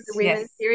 yes